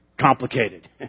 Complicated